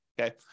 Okay